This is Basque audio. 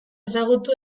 ezagutu